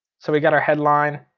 so we got our headline.